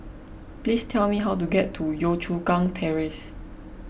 please tell me how to get to Yio Chu Kang Terrace